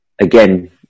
again